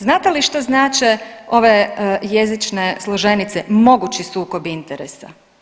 Znate li što znače ove jezične složenice mogući sukobi interesa?